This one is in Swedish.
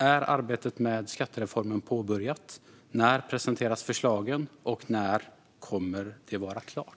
Är arbetet med skattereformen påbörjat? När presenteras förslagen? Och när kommer det att vara klart?